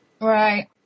Right